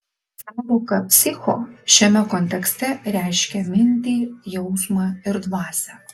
sąvoka psicho šiame kontekste reiškia mintį jausmą ir dvasią